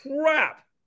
crap